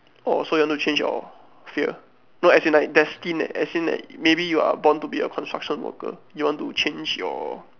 orh so you want to change your fear no as in like destined as in maybe you are born to be a construction worker you want to change your